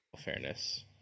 Fairness